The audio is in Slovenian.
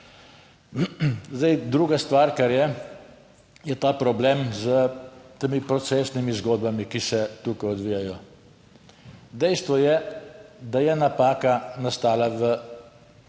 druga stvar, kar je, je ta problem s temi procesnimi zgodbami, ki se tukaj odvijajo. Dejstvo je, da je napaka nastala v